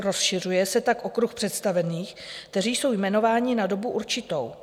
Rozšiřuje se tak okruh představených, kteří jsou jmenováni na dobu určitou.